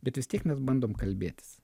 bet vis tiek mes bandom kalbėtis